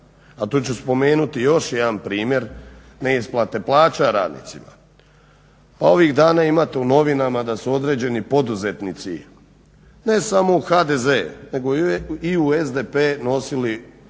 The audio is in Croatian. A tu ću spomenuti još jedan primjer ne isplate plaća radnicima. Ovih dana imate u novinama da su određeni poduzetnici ne samo u HDZ nego i u SDP nosili i